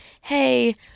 Hey